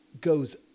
goes